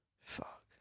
Fuck